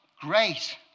great